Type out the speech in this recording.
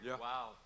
Wow